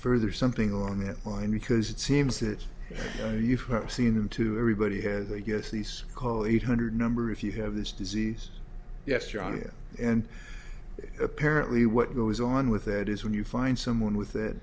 further something along that line because it seems that you've seen and to everybody here that yes these call eight hundred number if you have this disease yes your honor and apparently what goes on with that is when you find someone with that